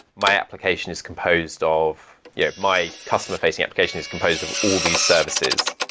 my application is composed of yeah my customer facing application is composed of all these services,